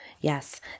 Yes